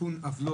לקבל חוות